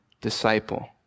disciple